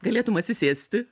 galėtum atsisėsti